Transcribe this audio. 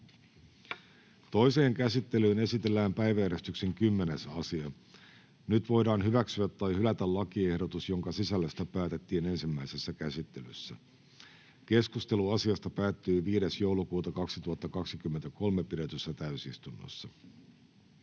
Toiseen käsittelyyn esitellään päiväjärjestyksen 9. asia. Nyt voidaan hyväksyä tai hylätä lakiehdotus, jonka sisällöstä päätettiin ensimmäisessä käsittelyssä. Keskustelu asiasta päättyi 5.12.2023 pidetyssä täysistunnossa.